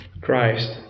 Christ